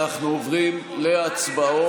אנחנו עוברים להצבעות,